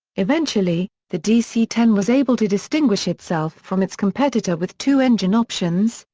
eventually, the dc ten was able to distinguish itself from its competitor with two engine options,